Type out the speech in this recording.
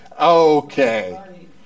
Okay